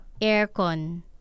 aircon